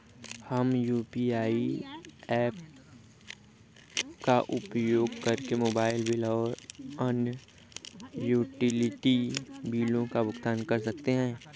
हम UPI apps का उपयोग करके मोबाइल बिल और अन्य यूटिलिटी बिलों का भुगतान कर सकते हैं